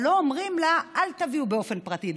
אבל לא אומרים לה: אל תביאו באופן פרטי.